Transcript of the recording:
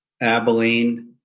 Abilene